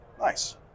Nice